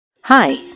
Hi